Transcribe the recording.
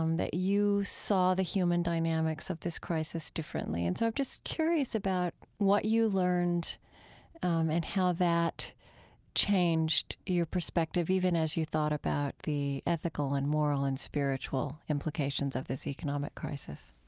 um that you saw the human dynamics of this crisis differently. and so i'm just curious about what you learned and how that changed your perspective even as you thought about the ethical and moral and spiritual implications of this economic crisis